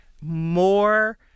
more